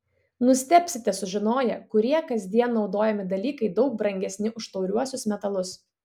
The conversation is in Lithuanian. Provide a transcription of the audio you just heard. nustebsite sužinoję kurie kasdien naudojami dalykai daug brangesni už tauriuosius metalus